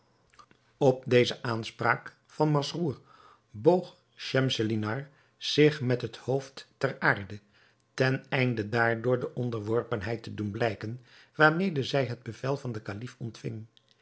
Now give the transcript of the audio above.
op deze aanspraak van masrour boog schemselnihar zich met het hoofd ter aarde ten einde daardoor de onderworpenheid te doen blijken waarmede zij het bevel van den kalif ontving